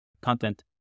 content